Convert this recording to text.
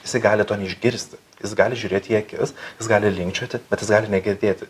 jisai gali to neišgirsti jis gali žiūrėti į akis jis gali linkčioti bet jis gali negirdėti